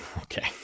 okay